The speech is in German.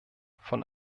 von